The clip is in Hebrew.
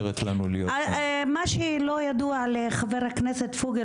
מה שלא ידוע לחבר הכנסת פוגל,